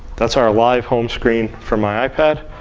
that's our live home screen from my ipad.